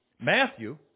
Matthew